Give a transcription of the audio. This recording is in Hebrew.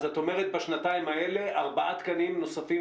את אומרת שבשנתיים האלה התמלאו ארבעה תקנים נוספים.